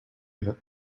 yet